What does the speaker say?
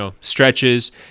stretches